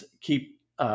keep